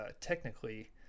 technically